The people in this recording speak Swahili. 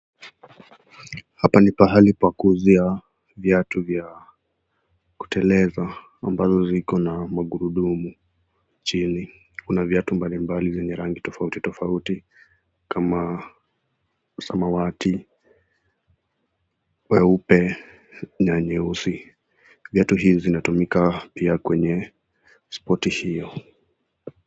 Hapa ni pahali pa kuuzia viatu vya kuteleza, ambazo ziko na magurudumu chini, kuna viatu mbalimbali vya rangi tofauti tofauti kama samawati, weupe, na nyeusi. Viatu hii pia inatumika kwenye spoti hio.